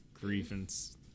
Grievance